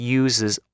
uses